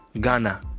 Ghana